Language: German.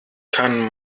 kann